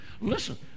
Listen